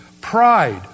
pride